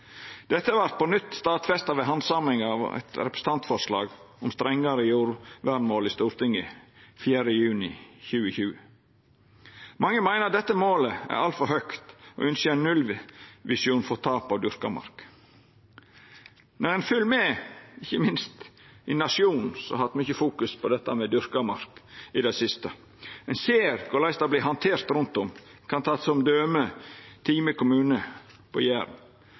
Dette vart på nytt stadfesta ved handsaminga av eit representantforslag om strengare jordvernmål i Stortinget 4. juni 2020. Mange meiner at dette målet er altfor høgt og ynskjer ein nullvisjon for tap av dyrka mark. Når ein fylgjer med, ikkje minst i Nationen, som har hatt mykje fokus på dette med dyrka mark i det siste, ser ein korleis det vert handtert rundt om. Eg kan ta som døme Time kommune på